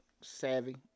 savvy